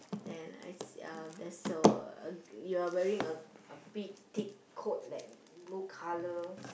then I see uh that's a you are wearing a a big thick coat like blue color